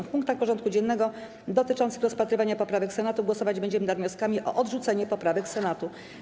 W punktach porządku dziennego dotyczących rozpatrywania poprawek Senatu głosować będziemy nad wnioskami o odrzucenie poprawek Senatu.